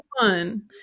one